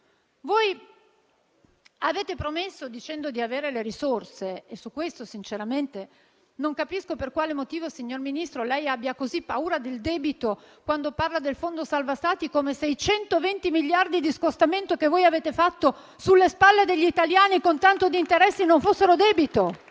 Voi avete fatto promesse dicendo di avere le risorse e su questo, sinceramente, non capisco per quale motivo, signor Presidente, lei abbia così paura del debito quando parla del fondo salva Stati, come se i 120 miliardi di euro di scostamento che avete fatto sulle spalle degli italiani, con tanto di interessi, non fossero debito,